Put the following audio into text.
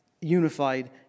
unified